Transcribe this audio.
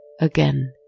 again